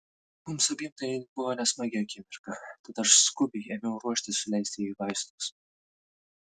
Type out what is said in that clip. mums abiem tai buvo nesmagi akimirka tad aš skubiai ėmiau ruoštis suleisti jai vaistus